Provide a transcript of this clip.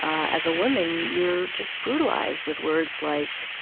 as a woman, you're just brutalized with words like,